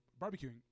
barbecuing